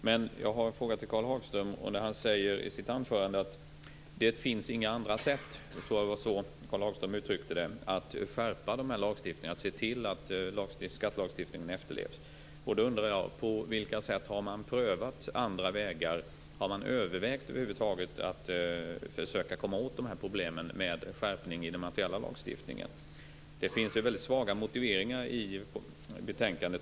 Men jag har en fråga till Karl Hagström, som säger i sitt anförande att det inte finns några andra sätt att skärpa den här lagstiftningen och se till att skattelagstiftningen efterlevs: På vilka sätt har man prövat andra vägar? Har man övervägt över huvud taget att försöka komma åt problemen med skärpning i den materiella lagstiftningen? Det finns väldigt svaga motiveringar i betänkandet.